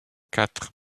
quatre